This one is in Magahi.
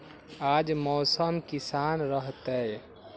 आज मौसम किसान रहतै?